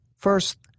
First